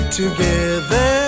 together